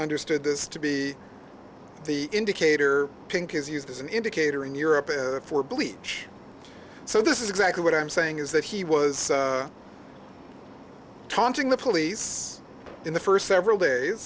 understood this to be the indicator pink is used as an indicator in europe for bleach so this is exactly what i'm saying is that he was taunting the police in the first several days